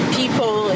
people